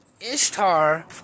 Ishtar